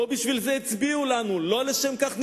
לא בשביל זה הצביעו לנו, לא לשם כך נבחרנו,